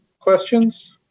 questions